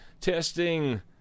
testing